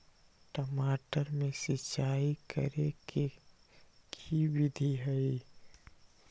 टमाटर में सिचाई करे के की विधि हई?